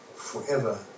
Forever